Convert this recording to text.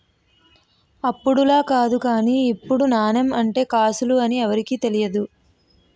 అప్పుడులా కాదు గానీ ఇప్పుడు నాణెం అంటే కాసులు అని ఎవరికీ తెలియదు